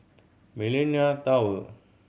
Millenia Tower